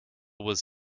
was